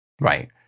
Right